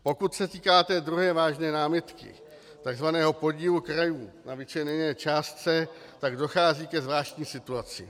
Pokud se týká té druhé vážné námitky, takzvaného podílu krajů na vyčleněné částce, tak dochází ke zvláštní situaci.